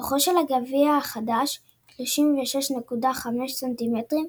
אורכו של הגביע החדש 36.5 סנטימטרים,